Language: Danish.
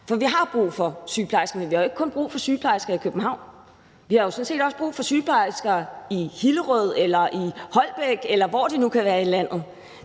For vi har brug for sygeplejersker, men vi har jo ikke kun brug for sygeplejersker i København. Vi har sådan set også brug for sygeplejersker i Hillerød eller i Holbæk, eller hvor det nu kan være i landet.